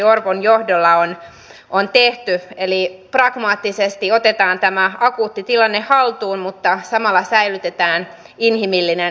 mielestämme valtiovarainministeriössä onkin syytä huolella arvioida sitä onko uudistuksen valmistelussa noudatettu hyvän lainvalmistelun ja hallinnon periaatteita